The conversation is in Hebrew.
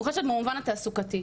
מוחלשת במובן התעסוקתי.